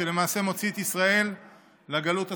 שלמעשה מוציא את ישראל לגלות הסופית.